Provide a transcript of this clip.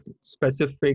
specific